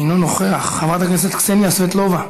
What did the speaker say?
אינו נוכח, חברת הכנסת קסניה סבטלובה,